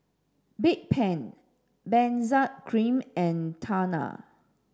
Bedpan Benzac cream and Tena